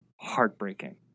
heartbreaking